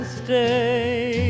stay